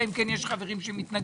אלא אם כן יש חברים שמתנגדים.